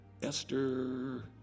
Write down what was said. Esther